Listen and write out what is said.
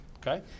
Okay